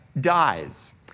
dies